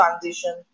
transition